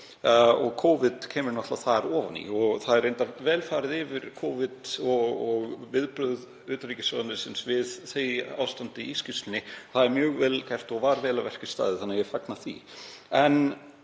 og Covid kemur náttúrlega þar ofan í. Það er reyndar vel farið yfir Covid og viðbrögð utanríkisráðuneytisins við því ástandi í skýrslunni, það er mjög vel gert og var vel að verki staðið þannig að ég fagna því.